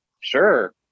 sure